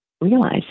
realize